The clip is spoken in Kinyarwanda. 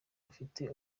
afite